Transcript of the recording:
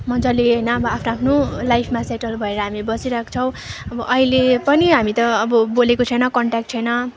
मज्जाले होइन आफ्नो आफ्नो लाइफमा सेटल भएर हामी बसिरहेको छौँ अहिले पनि हामी त अब बोलेको छैन कन्टेक्ट छैन